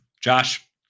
Josh